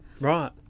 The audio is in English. Right